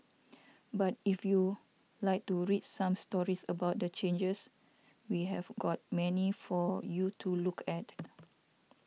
but if you like to read some stories about the changes we have got many for you to look at